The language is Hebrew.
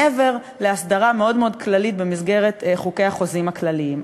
מעבר להסדרה מאוד מאוד כללית במסגרת חוקי החוזים הכלליים.